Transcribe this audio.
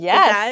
Yes